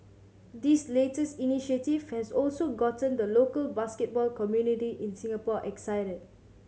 this latest initiative has also gotten the local basketball community in Singapore excited